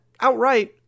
outright